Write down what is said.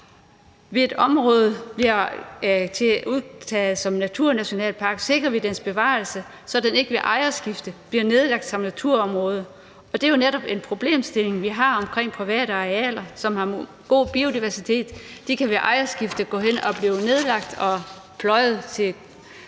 Ved at et område bliver udtaget som naturnationalpark, sikrer vi dets bevarelse, så det ikke ved ejerskifte bliver nedlagt som naturområde, og det er jo netop en problemstilling, vi har i forbindelse med private arealer, som har en god biodiversitet, at de ved et ejerskifte kan gå hen og blive nedlagt og pløjet til almindelig